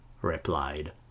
Replied